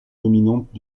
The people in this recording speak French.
dominante